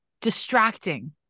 distracting